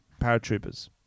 paratroopers